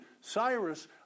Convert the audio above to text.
Cyrus